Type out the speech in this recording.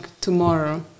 tomorrow